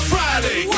Friday